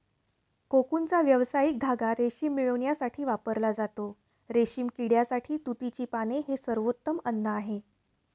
कोकूनचा व्यावसायिक धागा रेशीम मिळविण्यासाठी वापरला जातो, रेशीम किड्यासाठी तुतीची पाने हे सर्वोत्तम अन्न आहे